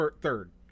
third